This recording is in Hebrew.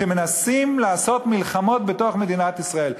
שמנסים לעשות מלחמות בתוך מדינת ישראל.